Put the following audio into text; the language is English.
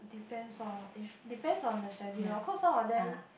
depends lor if depends on the schedule lor cause some of them